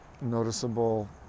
noticeable